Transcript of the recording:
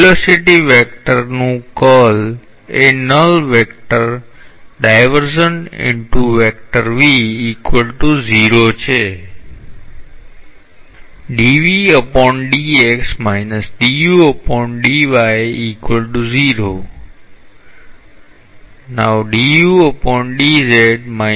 velocity વેક્ટરનું curl એ null vector છે